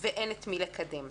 ואין את מי לקדם.